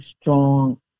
strong